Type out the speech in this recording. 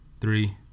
three